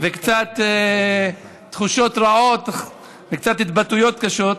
וקצת תחושות רעות וקצת התבטאויות קשות,